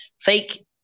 fake